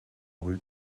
rue